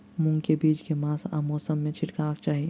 मूंग केँ बीज केँ मास आ मौसम मे छिटबाक चाहि?